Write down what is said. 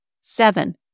Seven